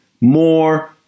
more